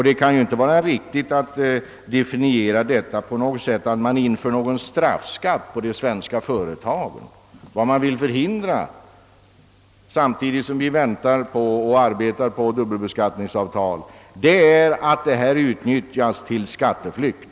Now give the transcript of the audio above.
Det kan inte vara riktigt att beteckna nuvarande ordning som straffskatt på de svenska företagen. Vad vi vill förhindra — samtidigt som vi väntar och arbetar på dubbelbeskattningsavtal — är att det ges möjligheter till skatteflykt.